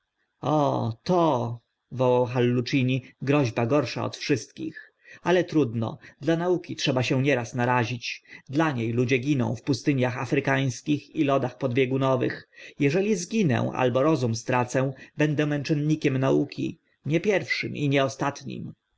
o to wołał hallucini groźba gorsza od wszystkich ale trudno dla nauki trzeba się nieraz narazić dla nie ludzie giną w pustyniach aykańskich i lodach podbiegunowych jeżeli zginę albo rozum stracę będę męczennikiem nauki nie pierwszym i nie ostatnim